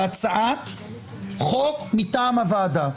שוב, בהצעת חוק מטעם הוועדה.